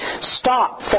Stop